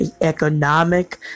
economic